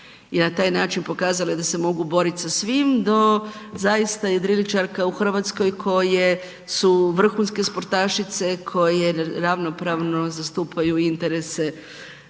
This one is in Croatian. i na taj način pokazale da se mogu borit sa svim, do zaista jedriličarke u RH koje su vrhunske sportašice, koje ravnopravno zastupaju interese